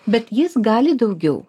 bet jis gali daugiau